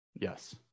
Yes